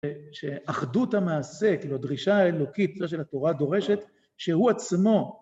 שאחדות המעשה, כאילו, הדרישה האלוקית, זו שהתורה דורשת, שהוא עצמו...